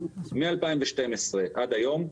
מ-2012 ועד היום,